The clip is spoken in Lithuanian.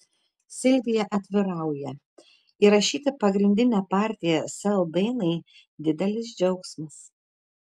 silvija atvirauja įrašyti pagrindinę partiją sel dainai didelis džiaugsmas